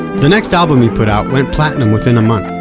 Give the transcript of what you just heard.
the next album he put out went platinum within a month,